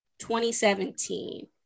2017